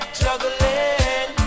juggling